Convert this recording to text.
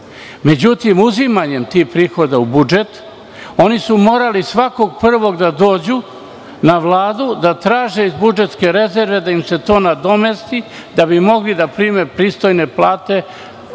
zavoda.Međutim, uzimanjem tih prihoda u budžet, oni su morali svakog prvog da dođu na Vladu da traže iz budžetske rezerve da im se to nadomesti da bi mogli da prime pristojne plate,